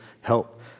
help